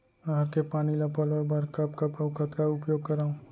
नहर के पानी ल पलोय बर कब कब अऊ कतका उपयोग करंव?